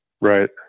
Right